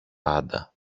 πάντα